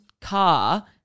car